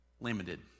limited